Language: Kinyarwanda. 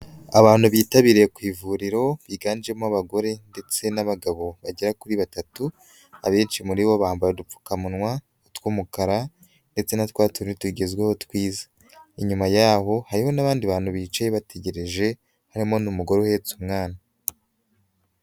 Abantu bitabiriye ku ivuriro, ryiganjemo abagore ndetse n'abagabo bagera kuri batatu, abenshi muri bo bambara udupfukamunwa tw'umukara ndetse na twatundi tugezweho twiza, inyuma yabo hari n'abandi bantu bicaye bategereje, harimo n'umugore uhetse umwana.